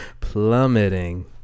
Plummeting